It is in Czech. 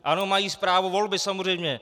Ano, mají právo volby, samozřejmě.